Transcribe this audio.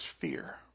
fear